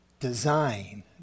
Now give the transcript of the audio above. design